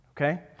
Okay